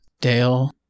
dale